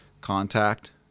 Contact